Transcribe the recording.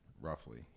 Roughly